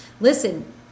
listen